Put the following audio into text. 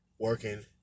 working